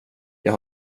jag